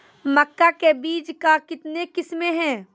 मक्का के बीज का कितने किसमें हैं?